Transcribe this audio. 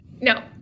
No